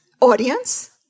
audience